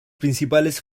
principales